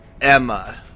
Emma